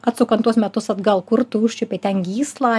atsukant tuos metus atgal kur tu užčiuopei ten gyslą